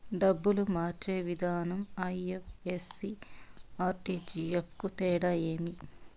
డబ్బులు మార్చే విధానం ఐ.ఎఫ్.ఎస్.సి, ఆర్.టి.జి.ఎస్ కు తేడా ఏమి?